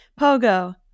Pogo